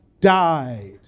died